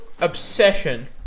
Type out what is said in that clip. obsession